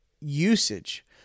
usage